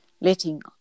letting